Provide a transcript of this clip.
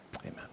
amen